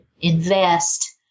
invest